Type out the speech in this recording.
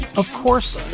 of course,